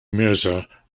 mirza